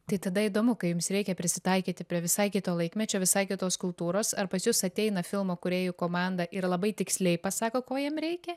tai tada įdomu kai jums reikia prisitaikyti prie visai kito laikmečio visai kitos kultūros ar pas jus ateina filmo kūrėjų komanda ir labai tiksliai pasako ko jiem reikia